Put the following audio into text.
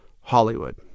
Hollywood